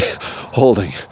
holding